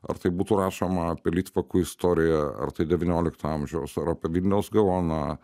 ar tai būtų rašoma apie litvakų istoriją ar tai devyniolikto amžiaus ar apie vilniaus gaoną